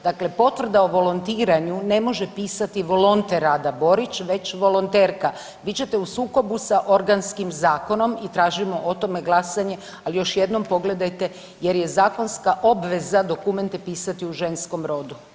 Dakle, potvrda o volontiranju ne može pisati volonter Rada Borić već volonterka, bit ćete u sukobu sa organskim zakonom i tražimo o tome glasanje, ali još jednom pogledajte jer je zakonska obveza dokumente pisati u ženskom rodu.